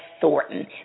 Thornton